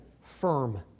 firm